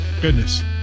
Goodness